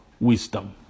wisdom